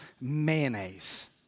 mayonnaise